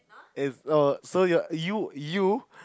and orh so you you you